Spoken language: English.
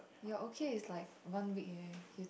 your okay is like one week right you